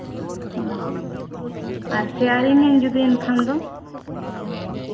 ᱚᱸᱻ ᱟᱨ ᱥᱮᱭᱟᱨᱤᱧᱟᱹᱢ ᱡᱩᱫᱤ ᱮᱱᱠᱷᱟᱱ ᱫᱚ